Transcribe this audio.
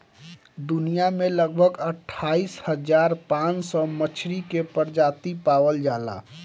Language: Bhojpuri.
दुनिया में लगभग अट्ठाईस हज़ार पाँच सौ मछरी के प्रजाति पावल जाला